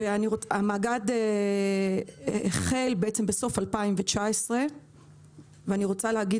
המאגד החל בסוף 2019. אני יכולה להגיד